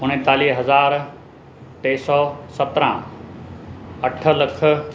उणेतालीह हज़ार टे सौ सत्रहं अठ लख